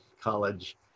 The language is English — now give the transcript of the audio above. College